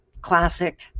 classic